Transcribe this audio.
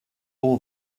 all